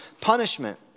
punishment